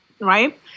right